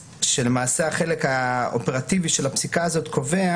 למעשה, החלק האופרטיבי של הפסיקה הזאת קובע